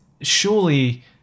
surely